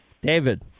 David